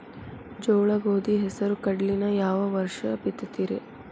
ಜೋಳ, ಗೋಧಿ, ಹೆಸರು, ಕಡ್ಲಿನ ಯಾವ ವರ್ಷ ಬಿತ್ತತಿರಿ?